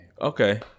Okay